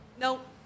Nope